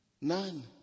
None